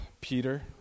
Peter